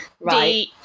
right